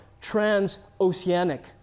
transoceanic